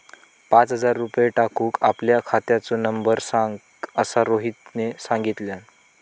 पाच हजार रुपये टाकूक आपल्या खात्याचो नंबर सांग असा रोहितने सांगितल्यान